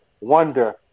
wonder